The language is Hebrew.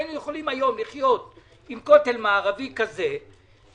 היינו יכולים היום לחיות עם כותל מערבי כזה שאין